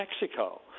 Mexico